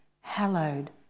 hallowed